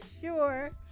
sure